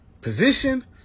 position